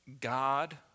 God